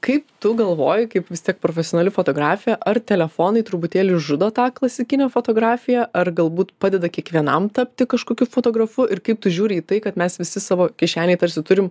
kaip tu galvoji kaip vis tiek profesionali fotografė ar telefonai truputėlį žudo tą klasikinę fotografiją ar galbūt padeda kiekvienam tapti kažkokiu fotografu ir kaip tu žiūri į tai kad mes visi savo kišenėj tarsi turim